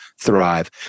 thrive